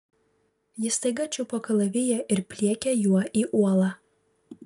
ji staiga čiupo kalaviją ir pliekė juo į uolą